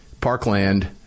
Parkland